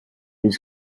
was